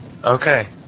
Okay